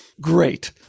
great